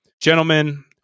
Gentlemen